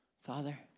Father